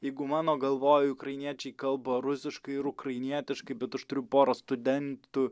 jeigu mano galvoj ukrainiečiai kalba rusiškai ir ukrainietiškai bet aš turiu porą studentų